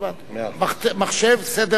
מחשב סדר-היום.